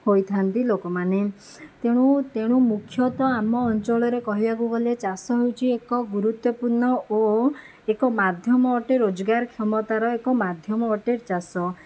ହୋଇଥାନ୍ତି ଲୋକମାନେ ତେଣୁ ତେଣୁ ମୁଖ୍ୟତଃ ଆମ ଅଞ୍ଚଳରେ କହିବାକୁ ଗଲେ ଚାଷ ହେଉଛି ଏକ ଗୁରୁତ୍ୱପୂର୍ଣ୍ଣ ଓ ଏକ ମାଧ୍ୟମ ଅଟେ ରୋଜଗାରକ୍ଷମତାର ଏକ ମାଧ୍ୟମ ଅଟେ ଚାଷ